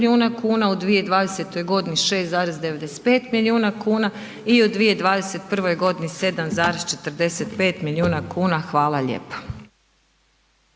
Hvala lijepa.